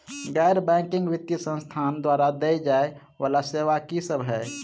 गैर बैंकिंग वित्तीय संस्थान द्वारा देय जाए वला सेवा की सब है?